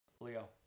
Leo